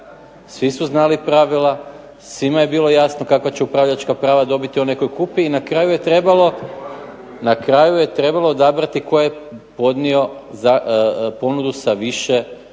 svi su znali pravila, svima je bilo jasno kakva će upravljačka prava dobiti onaj koji kupi, i na kraju je trebalo odabrati tko je podnio ponudu sa većom cijenom.